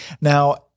Now